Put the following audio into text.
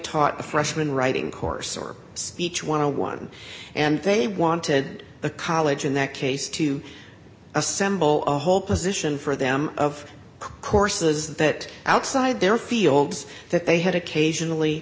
taught a freshman writing course or speech want to one and they wanted the college in that case to assemble a whole position for them of courses that outside their fields that they had occasionally